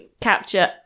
capture